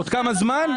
עוד כמה זמן?